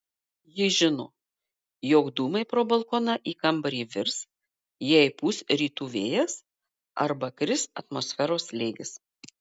ji žino jog dūmai pro balkoną į kambarį virs jei pūs rytų vėjas arba kris atmosferos slėgis